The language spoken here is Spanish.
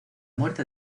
muerte